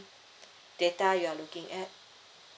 data you are looking at